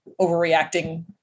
overreacting